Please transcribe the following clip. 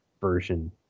version